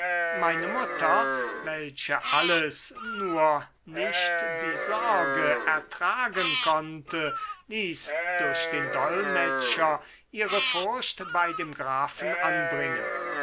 meine mutter welche alles nur nicht die sorge ertragen konnte ließ durch den dolmetscher ihre furcht bei dem grafen anbringen